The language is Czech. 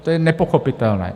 To je nepochopitelné.